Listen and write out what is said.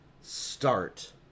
Start